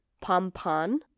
Pompon